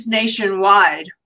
nationwide